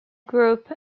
group